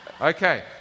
Okay